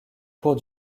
cours